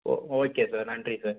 ஓ okay sir நன்றி sir